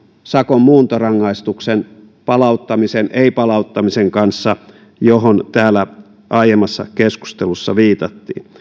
sakon muuntorangaistuksen palauttamisen ja ei palauttamisen kanssa johon täällä aiemmassa keskustelussa viitattiin